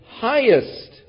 highest